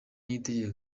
niyitegeka